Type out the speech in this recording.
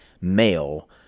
male